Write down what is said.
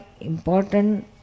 important